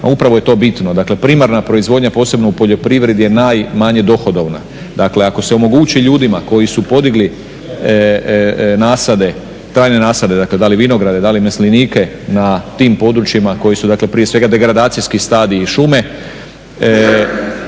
upravo je to bitno. Dakle, primarna proizvodnja posebno u poljoprivredi je najmanje dohodovna. Dakle, ako se omogući ljudima koji su podigli trajne nasade, dakle da li vinograde da li maslinike na tim područjima koji su dakle prije svega degradacijski stadij i šume,